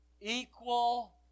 equal